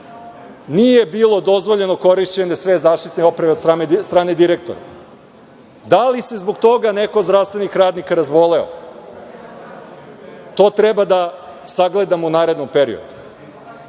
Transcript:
nije bilo dozvoljeno korišćenje zaštitne opreme od strane direktora. Da li se zbog toga neko od zdravstvenih radnika razboleo? To treba da sagledamo u narednom periodu.